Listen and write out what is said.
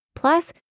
plus